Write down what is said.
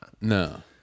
No